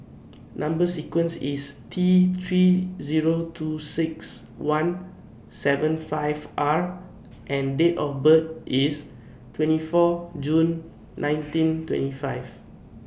Number sequence IS T three Zero two six one seven five R and Date of birth IS twenty four June nineteen twenty five